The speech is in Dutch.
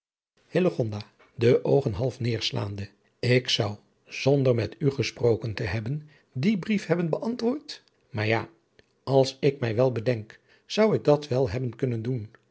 ik zou zonder met u gesproken te hebben dien brief hebben beantwoord maar ja als ik mij wel bedenk zou ik dat wel hebben kunnen doen